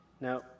Now